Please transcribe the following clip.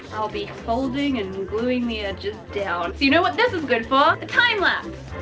i'll be folding and gluing the edges down. so you know what this is good for? a time lapse.